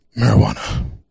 Marijuana